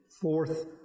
fourth